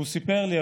הוא סיפר לי,